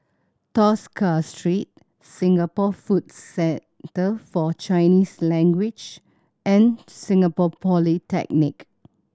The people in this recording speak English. Tosca Street Singapore Food Center For Chinese Language and Singapore Polytechnic